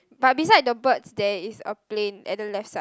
but beside the birds there is a plane at the left side